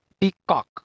Peacock